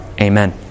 Amen